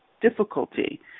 difficulty